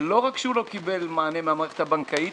לא רק שהוא לא קיבל מענה מהמערכת הבנקאית,